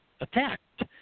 attacked